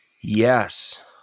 yes